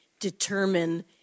determine